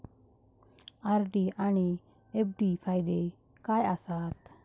RD आनि FD फायदे काय आसात?